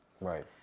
Right